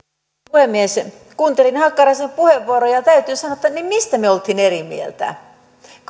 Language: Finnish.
puhemies kuuntelin hakkaraisen puheenvuoron ja ja täytyy sanoa että niin mistä me olimme eri mieltä kun loppujen